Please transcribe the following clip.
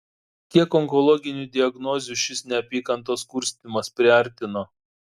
kiek onkologinių diagnozių šis neapykantos kurstymas priartino